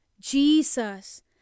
Jesus